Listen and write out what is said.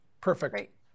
perfect